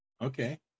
Okay